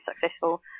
successful